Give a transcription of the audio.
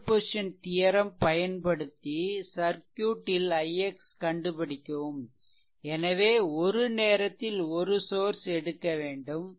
superposition theorem பயன்படுத்தி circuit ல் ix கண்டுபிடிக்கவும் எனவே ஒரு நேரத்தில் ஒரு சோர்ஸ் எடுக்கவேண்டும்